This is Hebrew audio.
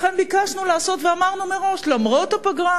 לכן ביקשנו לעשות ואמרנו מראש: למרות הפגרה